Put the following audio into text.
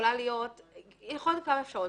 יכולות להיות כמה אפשרויות.